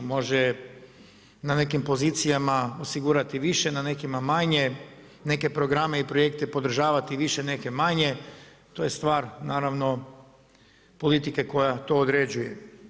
Može na nekim pozicijama osigurati više na nekima manje, neke programe i projekte podržavati više, neke manje to je stvar politike koja to određuje.